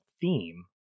theme